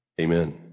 Amen